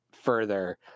further